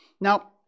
Now